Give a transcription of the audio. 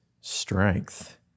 strength